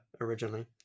originally